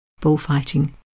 bullfighting